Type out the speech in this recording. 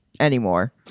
Anymore